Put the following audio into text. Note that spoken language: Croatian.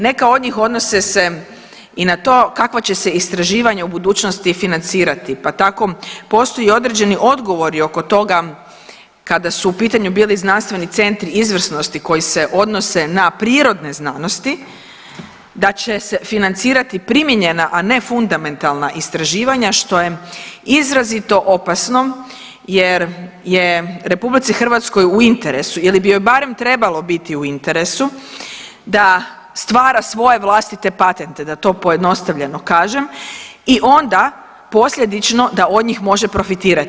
Neka od njih odnose se i na to kakva će se istraživanja u budućnosti financirati pa tako postoje i određeni odgovori oko toga kada su u pitanju bili znanstveni centri izvrsnosti koji se odnose na prirodne znanosti da će se financirati primijenjena, a ne fundamentalna istraživanja što je izrazito opasno jer je RH u interesu ili bi joj barem trebalo biti u interesu da stvara svoje vlastite patente da to pojednostavljeno kažem i onda posljedično da od njih može profitirati.